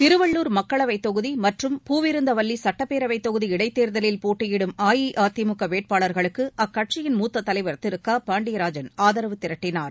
திருவள்ளூர் மக்களவைத் தொகுதி மற்றும் பூவிருந்தவல்வி சட்டப்பேரவைத் தொகுதி இடைத்தேர்தலில் போட்டியிடும் அஇஅதிமுக வேட்பாளர்களுக்கு அக்கட்சியின் மூத்தத் தலைவர் திரு க பாண்டியராஜன் ஆதரவு திரட்டினார்